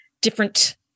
different